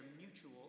mutual